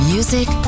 Music